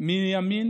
מימין